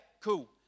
cool